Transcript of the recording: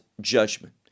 judgment